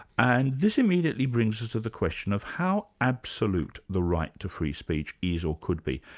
and this immediately bring us to the question of how absolute the right to free speech is or could be.